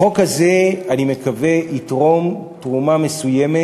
החוק הזה, אני מקווה, יתרום תרומה מסוימת